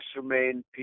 remain